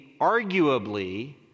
arguably